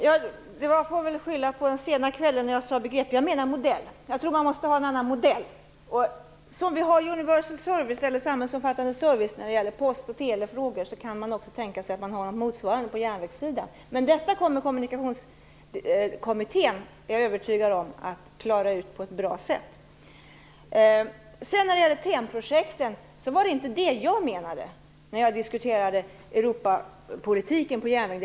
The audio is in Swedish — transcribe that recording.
Fru talman! Jag får väl skylla på den sena kvällen. Jag sade begrepp, men jag menade modell. Jag tror att vi måste ha en annan modell. På samma sätt som vi har en samhällsomfattande service när det gäller post och telefrågor kan man också tänka sig att ha något motsvarande på järnvägssidan. Men detta är jag övertygad om att Kommunikationskommittén kommer att klara ut på ett bra sätt. Det var inte TEN-projekten som jag menade när jag diskuterade Europapolitiken för järnvägen.